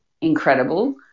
incredible